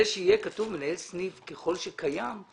זה שיהיה כתוב מנהל סניף ככל שקיים,